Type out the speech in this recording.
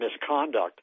misconduct